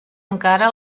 encara